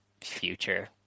future